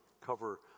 cover